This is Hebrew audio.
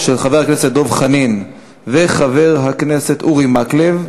של חבר הכנסת דב חנין ושל חבר הכנסת אורי מקלב.